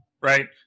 right